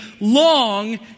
long